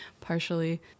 partially